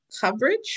coverage